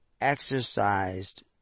exercised